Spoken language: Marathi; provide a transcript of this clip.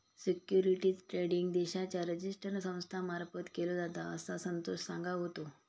सिक्युरिटीज ट्रेडिंग देशाच्या रिजिस्टर संस्था मार्फत केलो जाता, असा संतोष सांगा होतो